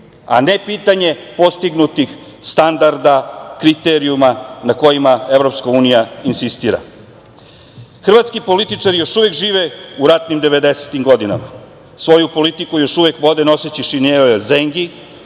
a ne pitanje postignutih standarda, kriterijuma na kojima EU insistira. Hrvatski političar još uvek žive u ratnim 90-im godinama, svoju politiku još uvek vode noseći šinjele zengi,